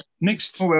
Next